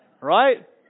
Right